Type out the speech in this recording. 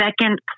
second